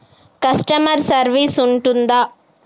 Customer service ఉంటుందా?